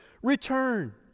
Return